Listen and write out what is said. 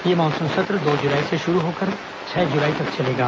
यह मानसून सत्र दो जुलाई से शुरू होकर छह जुलाई तक चलेगा